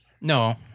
No